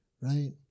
right